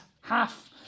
half